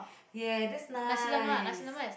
ya this nice